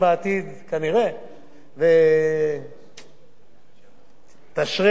ותשרה עליהם את רוחה.